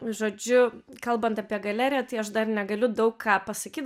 žodžiu kalbant apie galeriją tai aš dar negaliu daug ką pasakyt